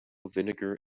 vinegar